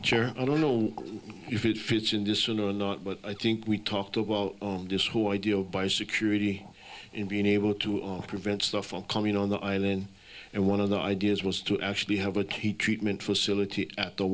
kerry i don't know if it fits in this one or not but i think we talked about this whole idea of buy security and being able to prevent stuff on coming on the island and one of the ideas was to actually have a key treatment facility at the